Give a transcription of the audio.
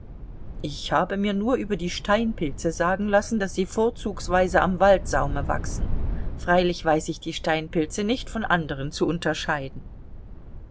ich habe mir nur über die steinpilze sagen lassen daß sie vorzugsweise am waldsaume wachsen freilich weiß ich die steinpilze nicht von anderen zu unterscheiden